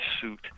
suit